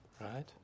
Right